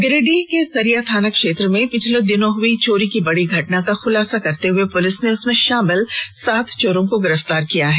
गिरिडीह के सरिया थाना क्षेत्र में पिछले दिनों हुई चोरी की बड़ी घटना का खुलासा करते हुए पुलिस ने उसमें शामिल सात चोरों को गिरफ्तार किया है